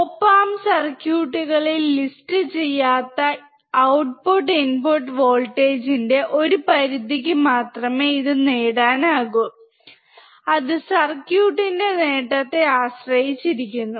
op amp സർക്യൂട്ടുകളിൽ ലിസ്റ്റുചെയ്യാത്ത output input വോൾട്ടേജിന്റെ ഒരു പരിധിക്ക് മാത്രമേ ഇത് നേടാനാകൂ അത് സർക്യൂട്ടിന്റെ നേട്ടത്തെ ആശ്രയിച്ചിരിക്കുന്നു